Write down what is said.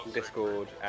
Discord